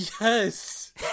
yes